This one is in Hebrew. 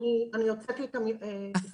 אפילו לא הבנתי את הבעיה והנה,